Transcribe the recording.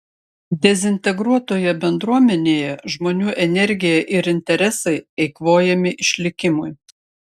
dezintegruotoje bendruomenėje žmonių energija ir interesai eikvojami išlikimui